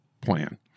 plan